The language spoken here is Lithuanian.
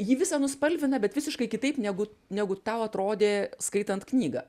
jį visą nuspalvina bet visiškai kitaip negu negu tau atrodė skaitant knygą